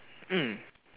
mm